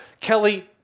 Kelly